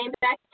back